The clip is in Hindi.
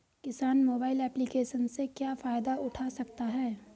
किसान मोबाइल एप्लिकेशन से क्या फायदा उठा सकता है?